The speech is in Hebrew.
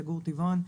יגור-טבעון,